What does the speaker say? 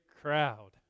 crowd